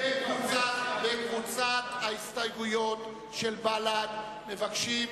בקבוצת ההסתייגויות של בל"ד מבקשים